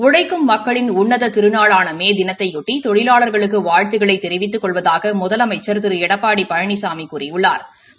உழைக்கும் மக்களின் உன்னத திருநாளான மே தினத்தையொட்டி தொழிலாளா்களுக்கு வாழ்த்துக்களைத் தெரிவித்துக் கொள்வதாக முதலமைச்சா் திரு எடப்பாடி பழனிசாமி கூறியுள்ளாா்